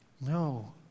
No